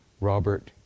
Robert